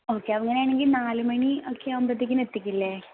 okay അങ്ങനെയാണെങ്കിൽ നാല് മണി ഒക്കെ ആകുമ്പോഴത്തേക്കിനും എത്തിക്കില്ലേ